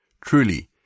Truly